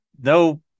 no